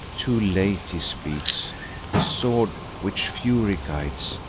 too late he speaks the sword, which fury guides,